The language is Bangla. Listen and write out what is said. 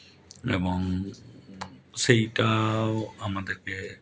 এবং সেইটাও আমাদেরকে